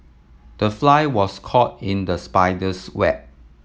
the fly was caught in the spider's web